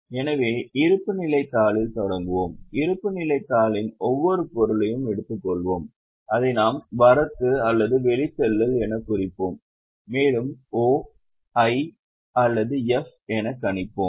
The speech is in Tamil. எனவே இருப்புநிலைத் தாளில் தொடங்குவோம் இருப்புநிலைத் தாளின் ஒவ்வொரு பொருளையும் எடுத்துக்கொள்வோம் அதை நாம் வரத்து அல்லது வெளிச்செல்லல் எனக் குறிப்போம் மேலும் O I அல்லது F எனக் கணிப்போம்